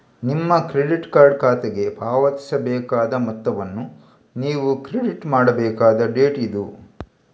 ನಿಮ್ಮ credit card ಖಾತೆಗೆ ಪಾವತಿಸಬೇಕಾದ ಮೊತ್ತವನ್ನು ನೀವು ಕ್ರೆಡಿಟ್ ಮಾಡಬೇಕಾದ ಡೇಟ್ ಇದು